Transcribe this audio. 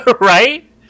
Right